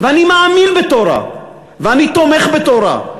ואני מאמין בתורה, ואני תומך בתורה.